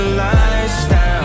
lifestyle